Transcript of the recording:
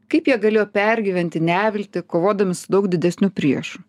kaip jie galėjo pergyventi neviltį kovodami su daug didesniu priešu